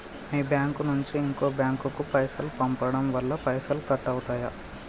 మీ bank నుంచి ఇంకో bank కు పైసలు పంపడం వల్ల పైసలు కట్ అవుతయా?